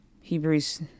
Hebrews